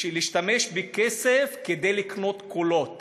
להשתמש בכסף כדי לקנות קולות